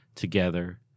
together